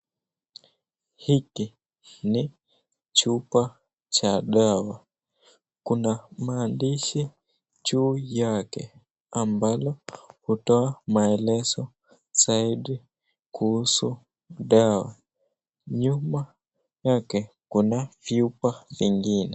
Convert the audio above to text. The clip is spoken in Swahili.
Hiki ni chupa cha dawa kuna mandishi juu yake ambalo utoa maelezo zaidi kuhusu dawa nyuma yake kuna vyupa vingine.